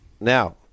Now